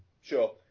Sure